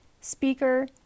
speaker